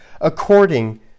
according